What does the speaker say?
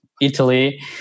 italy